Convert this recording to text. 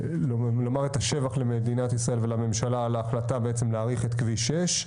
לומר את השבח למדינת ישראל ולממשלה על ההחלטה להאריך את כביש 6,